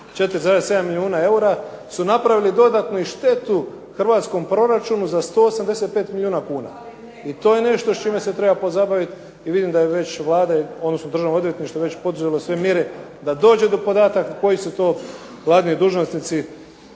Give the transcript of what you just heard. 4,7 milijuna eura su napravili dodatno i štetu hrvatskom proračunu za 185 milijuna kuna. I to je nešto s čime se treba pozabaviti i vidim da je već Vlada, odnosno Državno odvjetništvo, već poduzelo sve mjere da dođe do podataka koji su to vladini dužnosnici